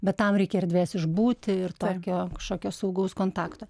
bet tam reikia erdvės išbūti ir tokio kažkokio saugaus kontakto